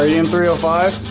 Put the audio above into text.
ah ambriel by